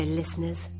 listeners